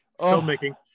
filmmaking